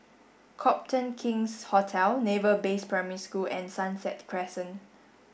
Copthorne King's Hotel Naval Base Primary School and Sunset Crescent